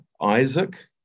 Isaac